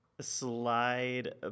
slide